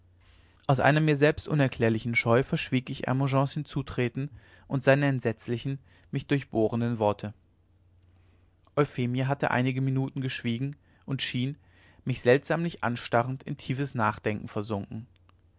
aus einer mir selbst unerklärlichen scheu verschwieg ich hermogens hinzutreten und seine entsetzlichen mich durchbohrenden worte euphemie hatte einige minuten geschwiegen und schien mich seltsamlich anstarrend in tiefes nachdenken versunken